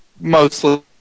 mostly